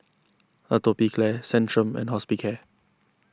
Atopiclair Centrum and Hospicare